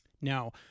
Now